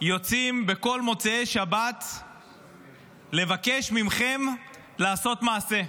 יוצאים בכל מוצאי שבת לבקש מכם לעשות מעשה.